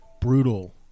brutal